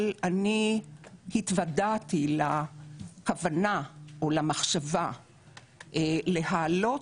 אבל אני התוודעתי להבנה או למחשבה להעלות